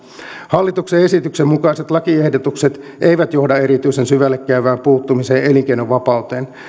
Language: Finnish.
hallituksen esityksen mukaiset lakiehdotukset eivät johda erityisen syvällekäyvään puuttumiseen elinkeinonvapauteen